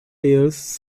layers